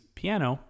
piano